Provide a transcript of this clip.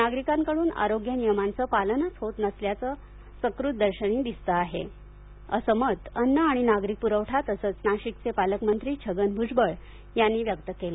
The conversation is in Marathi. नागरिकांकडून आरोग्य नियमांचं पालनच होत नसल्याचं सकृतदर्शनी दिसतं आहे असं मत अन्न आणि नागरी पुरवठा तसंच नाशिकचे पालकमंत्री छगन भुजबळ यांनी व्यक्त केलं